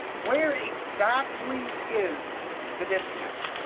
where exactly is the disconnect?